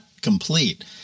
complete